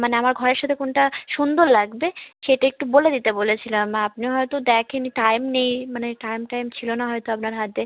মানে আমার ঘরের সাথে কোনটা সুন্দর লাগবে সেটা একটু বলে দিতে বলেছিলাম আপনি হয়তো দেখেন নি টাইম নেই মানে টাইম টাইম ছিলো না হয়তো আপনার হাতে